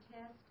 test